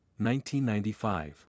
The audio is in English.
1995